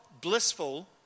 blissful